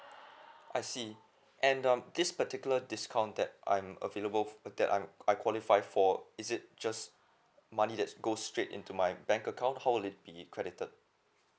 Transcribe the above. I see and um this particular discount that I'm available for that I'm I qualify for is it just money just go straight into my bank account how would it be credited